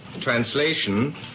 translation